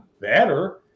better